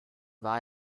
war